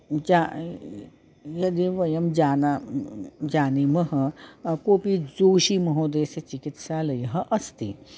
जा यदि वयं जाना जानीमः कोपि जोषिमहोदयस्य चिकित्सालयः अस्ति